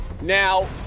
Now